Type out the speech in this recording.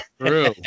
true